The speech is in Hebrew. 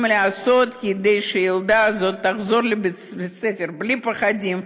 להיעשות כדי שהילדה הזאת תחזור לבית-הספר בלי פחדים,